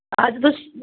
ਅੱਜ ਤੁਸੀਂ